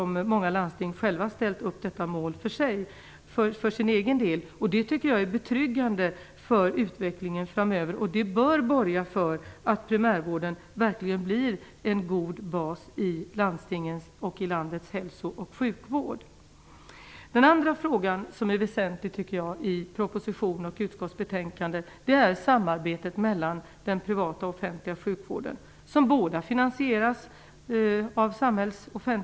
Många landsting har ställt upp detta mål för sin egen del. Det tycker jag är betryggande för utvecklingen framöver. Det bör borga för att primärvården verkligen blir en god bas i landstingens och landets hälso och sjukvård. Den andra frågan som är väsentlig i proposition och utskottsbetänkande är samarbetet mellan den privata och den offentliga sjukvården, som båda finansieras av samhällsmedel.